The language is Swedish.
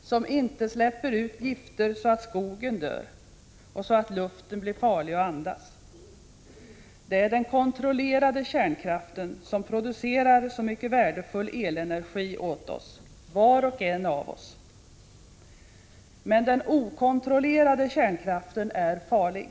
och som inte släpper ut gifter så att skogen dör och så att luften blir farlig att andas. Det är den kontrollerade kärnkraften som producerar så mycket värdefull elenergi åt oss — var och en av oss. Men den okontrollerade kärnkraften är farlig.